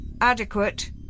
Adequate